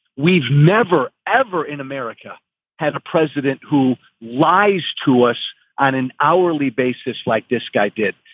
we've never, ever in america had a president who lies to us on an hourly basis like this guy did.